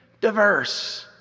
Diverse